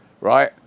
right